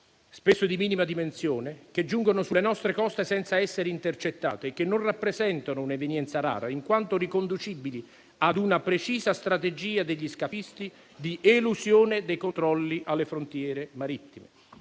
spesso di minime dimensioni, che giungono sulle nostre coste senza essere intercettate e che non rappresentano un'evenienza rara, in quanto riconducibili a una precisa strategia degli scafisti di elusione dei controlli alle frontiere marittime.